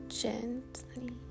gently